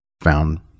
found